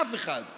עד עשר דקות.